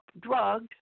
drugged